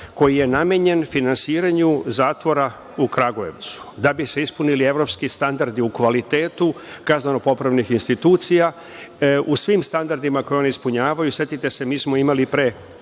koji je namenjen finansiranju zatvora u Kragujevcu, da bi se ispunili evropski standardi u kvalitetu kazneno-popravnih institucija u svim standardima koje one ispunjavaju. Setite se, imali smo pre